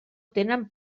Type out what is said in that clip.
tenen